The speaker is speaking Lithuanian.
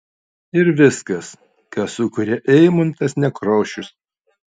ir viskas ką sukuria eimuntas nekrošius